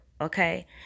Okay